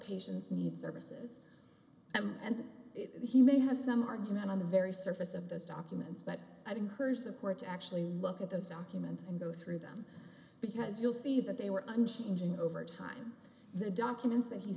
patients need services and he may have some argument on the very surface of those documents but i've encouraged the court to actually look at those documents and go through them because you'll see that they were i'm changing over time the documents that he